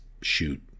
shoot